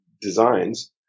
designs